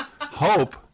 hope